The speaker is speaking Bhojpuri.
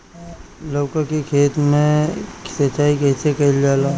लउका के खेत मे सिचाई कईसे कइल जाला?